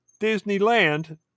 disneyland